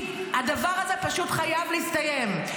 כי הדבר הזה פשוט חייב להסתיים.